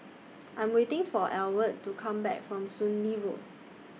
I Am waiting For Ewald to Come Back from Soon Lee Road